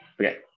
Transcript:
okay